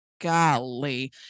Golly